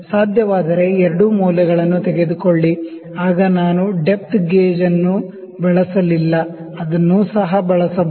ಸಾಧ್ಯವಾದರೆ ಎರಡೂ ಮೌಲ್ಯಗಳನ್ನು ತೆಗೆದುಕೊಳ್ಳಿ ಆಗ ನಾನು ಡೆಪ್ತ್ ಗೇಜನ್ನು ಬಳಸಲಿಲ್ಲ ಅದನ್ನು ಸಹ ಬಳಸಬಹುದು